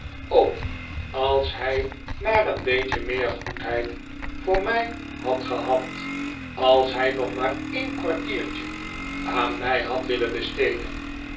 als hij maar een beetje meer goedheid voor mij had gehad als hij nog maar een kwartiertje aan mij had willen besteden